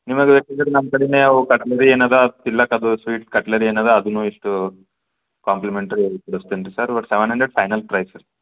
ನಿಮ್ಗೆ ನಮ್ಮ ಕಡೆಯಿಂದ ಏನಾರೂ ತಿನ್ಲಕ್ಕ ಅದು ಸ್ವೀಟ್ ಕಟ್ಲೆರಿ ಏನದ ಅದೂನು ಇಷ್ಟು ಕಾಂಪ್ಲಿಮೆಂಟ್ರಿ ಆಗಿ ಕೊಡಸ್ತೀನಿ ರಿ sir but seven hundred final price sir